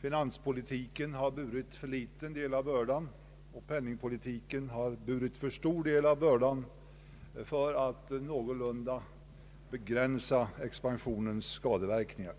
finanspolitiken har burit för liten del av bördan och penningpolitiken för stor del för att någorlunda kunna begränsa expansionens skadeverkningar.